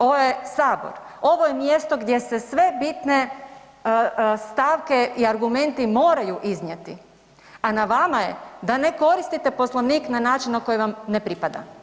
Ovo je sabor, ovo je mjesto gdje se sve stavke i argumenti moraju iznijeti, a na vama je da ne koristite Poslovnik na način na koji vam ne pripada.